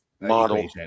model